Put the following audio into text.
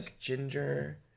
Ginger